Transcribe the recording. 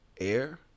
air